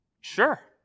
sure